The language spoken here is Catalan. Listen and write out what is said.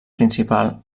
principal